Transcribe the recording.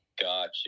Gotcha